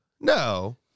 No